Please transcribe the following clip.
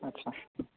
आटसा